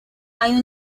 hay